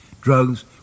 Drugs